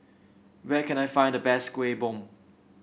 where can I find the best Kueh Bom